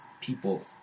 people